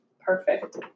perfect